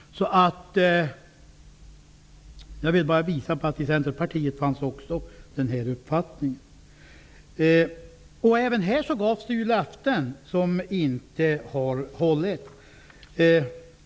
Jag vill bara visa att man även i Centerpartiet hade denna uppfattning. Även här gavs det löften, som inte har hållits.